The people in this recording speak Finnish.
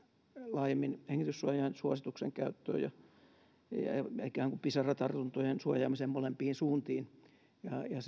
laajemmin hengityssuojainsuosituksen käyttöön ja ikään kuin pisaratartuntojen suojaamisen molempiin suuntiin ja